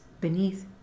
beneath